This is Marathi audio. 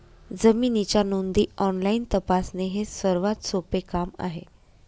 जमिनीच्या नोंदी ऑनलाईन तपासणे हे सर्वात सोपे काम आहे